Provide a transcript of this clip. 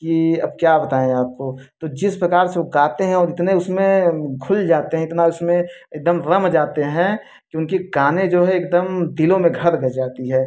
कि अब क्या बताऍं आपको तो जिस प्रकार से वो गाते हैं और इतने उसमें घुल जाते हैं इतना उसमें एकदम रम जाते हैं कि उनके गाने जो है एकदम दिलों में घर कर जाती है